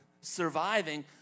surviving